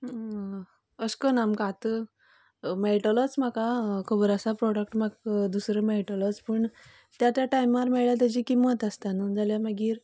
अशें कन्न आमकां आता मेळटलोच म्हाका खबर आसा प्रोडक्ट म्हाका दुसरो तरी मेळटलोच त्या त्या टायमार मेळल्यार तेजी किंमत आसता न्हू जाल्यार मागीर